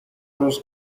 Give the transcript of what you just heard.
روز